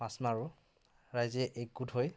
মাছ মাৰোঁ ৰাইজে একগোট হৈ